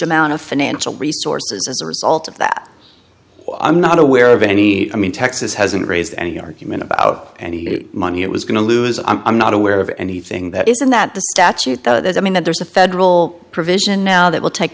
amount of financial resources as a result of that i'm not aware of any i mean texas hasn't raised any argument about any money it was going to lose i'm not aware of anything that isn't that the statute there's i mean there's a federal provision now that will take